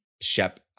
Shep